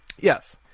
Yes